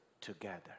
together